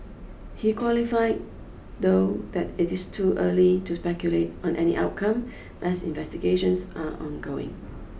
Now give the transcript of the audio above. he qualified though that it is too early to speculate on any outcome as investigations are ongoing